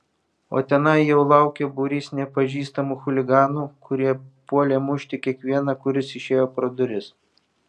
o tenai jau laukė būrys nepažįstamų chuliganų kurie puolė mušti kiekvieną kuris išėjo pro duris